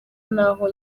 n’aho